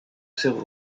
seu